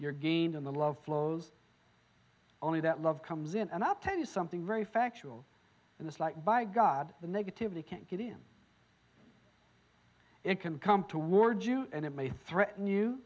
you're gained in the love flows only that love comes in and i'll tell you something very factual in this light by god the negativity can't get in it can come toward you and it may threaten you